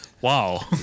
Wow